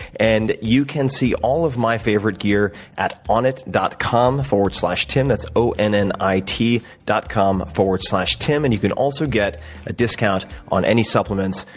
and you can see all of my favorite gear at onnit dot com slash tim. that's o n n i t dot com, forward slash tim. and you can also get a discount on any supplements,